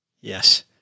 Yes